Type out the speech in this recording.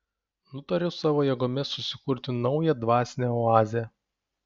nutariau savo jėgomis susikurti naują dvasinę oazę